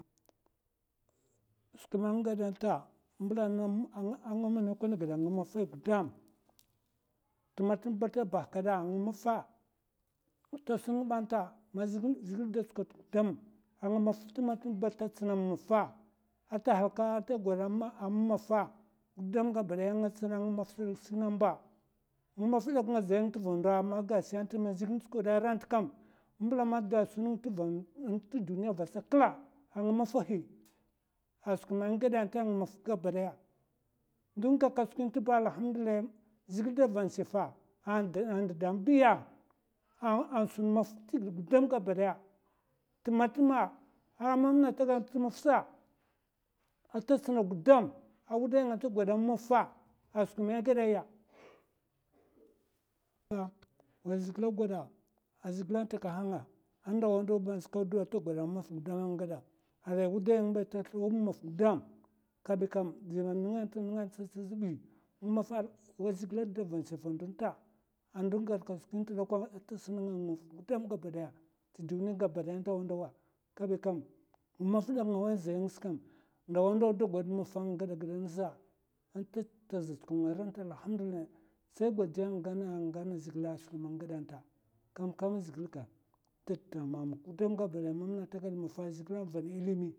Skwi man nga gaɓa nta. mbela man nga wine koy giɓ anga maffahi gudam. tema tema ba ata bahkaɓa nga maffa sun nga ta nga gudam, nga maffa kam nga zay nga teva ndo. amma gashi zhigile n'tsukote aranta kam mbela man dasun nga teva ndohi a duniya kla! Nga maffahi a skwi man nga geɓe ta, gabaɓaya ndo ga ka skwi te ba zhigile da van shefe a sun maffa nga waya mana a dalahi nga a sun day maffa, a wuday nga ata god day maffa a, kaèi kam, dema nenga n'te nenga'a te sekam. azèay away zhigile da vana n'shefe a ndo nta ata sun nga nga maffa, te duniya gudam gaba ɓaya nga maffa ngaway zaynga se kam, ndawa ndawa do goɓ dayi maffa anga gaɓ sa agiɓe ngasa allahamdillahi sai godiya anga gaɓa na a zhigile a skwi man nga geɓe n'ta. kam kam a zhigile ga da d dita amama gudam gaba ɓaya, amamna maffa a zhigile avana ilimi.